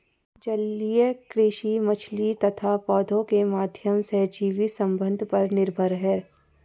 जलीय कृषि मछली तथा पौधों के माध्यम सहजीवी संबंध पर निर्भर है